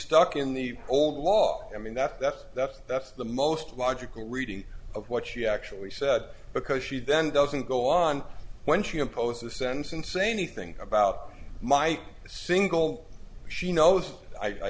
stuck in the old law i mean that's that's that's that's the most logical reading of what she actually said because she then doesn't go on when she impose a sentence amy think about my single she knows i